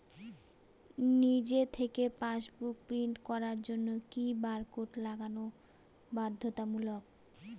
নিজে থেকে passbook print করার জন্য কি বারকোড লাগানো বাধ্যতামূলক?